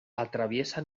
atraviesa